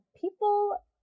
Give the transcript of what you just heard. people